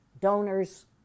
Donors